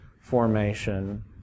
formation